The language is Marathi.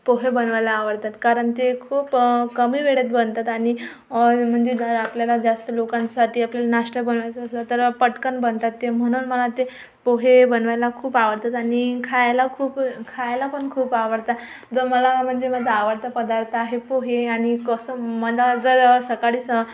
पोहे बनवायला आवडतात कारण ते खूप कमी वेळेत बनतात आणि म्हणजे जर आपल्याला जास्त लोकांसाठी आपल्याला नाष्टा बनवायचा असला तर पटकन बनतात ते म्हणून मला ते पोहे बनवायला खूप आवडतात आणि खायला खूप खायला पण खूप आवडता जो मला म्हणजे माझा आवडता पदार्थ आहे पोहे आणि कसं मग मला जर सकाळी स